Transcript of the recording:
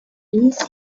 east